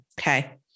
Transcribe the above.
okay